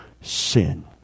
sin